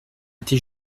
été